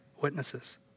witnesses